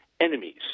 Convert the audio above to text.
enemies